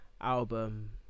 album